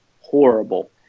horrible